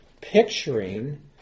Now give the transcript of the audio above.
Picturing